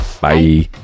Bye